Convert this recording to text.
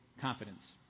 confidence